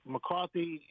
McCarthy